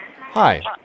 Hi